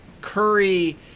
Curry